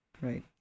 right